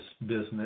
business